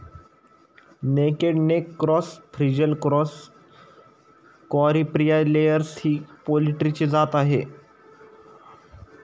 naked neck cross, frizzle cross, Caripriya layers ही पोल्ट्रीची जात आहे